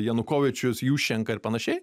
janukovyčius juščenka ir panašiai